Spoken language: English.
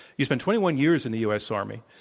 you spent twenty one years in the u. s. army.